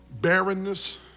Barrenness